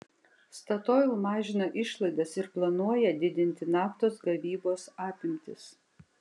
statoil mažina išlaidas ir planuoja didinti naftos gavybos apimtis